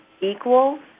equals